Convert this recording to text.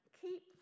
keep